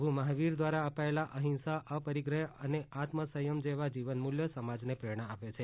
પ્રભુ મહાવીર દ્વારા અપાયેલા અહિંસા અપરિગ્રહ અને આત્મસંયમ જેવા જીવન મૂલ્યો સમાજને પ્રેરણા આપે છે